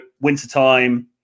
wintertime